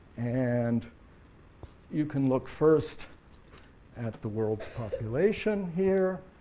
and you can look first at the world's population here,